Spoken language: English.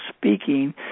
speaking